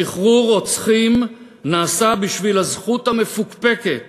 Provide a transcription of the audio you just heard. שחרור רוצחים נעשה בשביל הזכות המפוקפקת